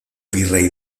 virrey